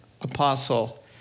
apostle